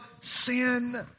sin